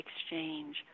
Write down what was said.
exchange